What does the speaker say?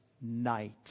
night